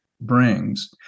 brings